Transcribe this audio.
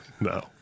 No